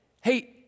hey